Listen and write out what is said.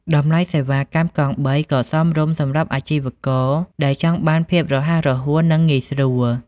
តម្លៃសេវាកម្មកង់បីក៏សមរម្យសម្រាប់អាជីវករដែលចង់បានភាពរហ័សរហួននិងងាយស្រួល។